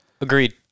Agreed